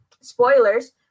spoilers